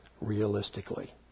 realistically